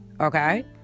okay